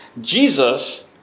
Jesus